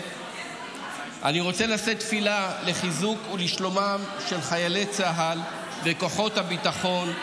אני רוצה לשאת תפילה לחיזוק ולשלומם של חיילי צה"ל וכוחות הביטחון,